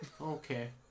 Okay